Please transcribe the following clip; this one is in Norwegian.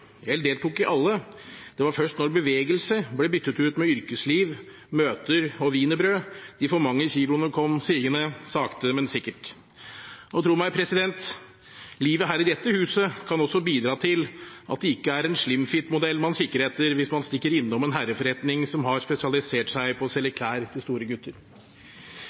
deltok i alle. Det var først da bevegelse ble byttet ut med yrkesliv, møter og wienerbrød, de for mange kiloene kom sigende – sakte, men sikkert. Og tro meg: Livet her i dette huset kan også bidra til at det ikke er en slim-fit-modell man kikker etter hvis man stikker innom en herreforretning som har spesialisert seg på å selge klær til store gutter.